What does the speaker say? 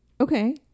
Okay